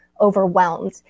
overwhelmed